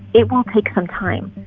it will take some time.